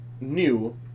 new